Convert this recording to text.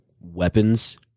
weapons